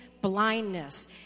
blindness